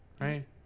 right